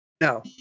No